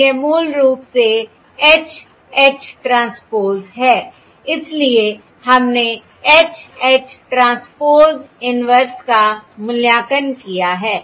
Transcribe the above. तो यह मूल रूप से H H ट्रांसपोज़ है इसलिए हमने H H ट्रांसपोज़ इन्वर्स का मूल्यांकन किया है